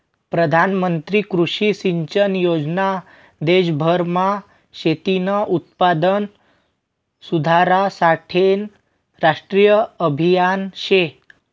प्रधानमंत्री कृषी सिंचन योजना देशभरमा शेतीनं उत्पादन सुधारासाठेनं राष्ट्रीय आभियान शे